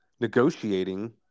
negotiating